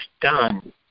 done